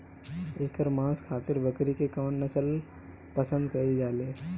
एकर मांस खातिर बकरी के कौन नस्ल पसंद कईल जाले?